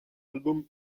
album